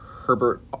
Herbert